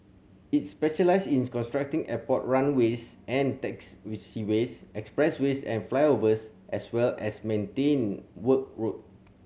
it specialises in constructing airport runways and taxi expressways and flyovers as well as work for road